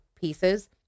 pieces